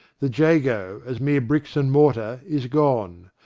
the jago, as mere bricks and mortar, is gone.